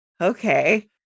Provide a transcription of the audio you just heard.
okay